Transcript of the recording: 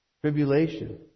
tribulation